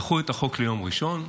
דחו את החוק ליום ראשון,